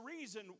reason